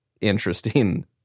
interesting